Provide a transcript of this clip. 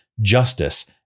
justice